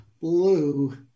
Blue